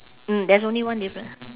mm there's only one different